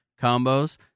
combos